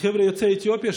חבר'ה יוצאי אתיופיה,